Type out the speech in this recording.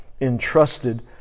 entrusted